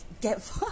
get